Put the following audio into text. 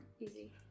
easy